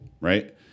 right